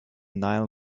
nile